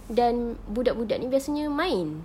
dan budak-budak ini biasanya main